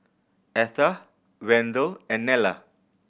Etha Wendell and Nella